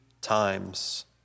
times